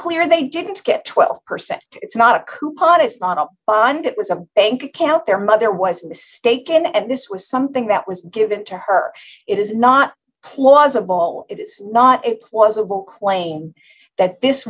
clear they didn't get twelve percent it's not a coupon it's not a bond it was a bank account their mother was mistaken and this was something that was given to her it is not clause a ball it is not a plausible claim that this